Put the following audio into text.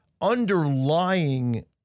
underlying